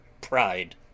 PRIDE